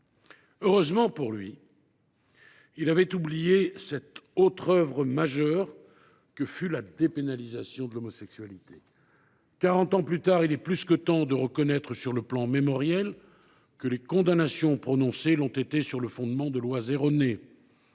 Heureusement pour lui, il avait oublié cette autre œuvre majeure que fut la dépénalisation de l’homosexualité ! Quarante ans plus tard, il est plus que temps de reconnaître sur le plan mémoriel que les condamnations prononcées l’ont été sur le fondement de lois erronées.